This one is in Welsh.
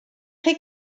chi